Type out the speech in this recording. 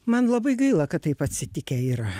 man labai gaila kad taip atsitikę yra